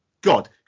God